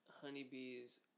honeybees